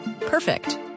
Perfect